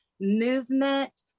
Movement